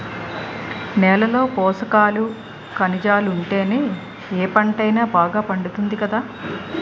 నేలలో పోసకాలు, కనిజాలుంటేనే ఏ పంటైనా బాగా పండుతాది కదా